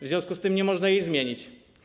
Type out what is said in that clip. W związku z tym nie można jej zmienić.